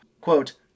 Quote